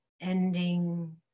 ending